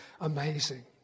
amazing